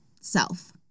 self